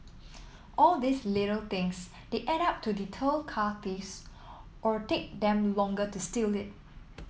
all these little things they add up to deter car thieves or take them longer to steal it